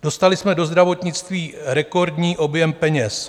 Dostali jsme do zdravotnictví rekordní objem peněz.